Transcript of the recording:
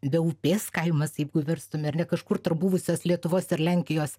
be upės kaimas jeigu verstume ar ne kažkur tarp buvusios lietuvos ir lenkijos